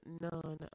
none